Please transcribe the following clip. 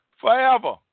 forever